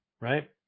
right